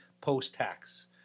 post-tax